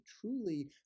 truly